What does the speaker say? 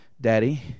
Daddy